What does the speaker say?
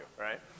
right